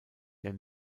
der